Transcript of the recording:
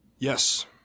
Yes